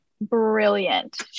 brilliant